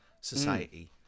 society